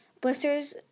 Blister's